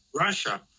Russia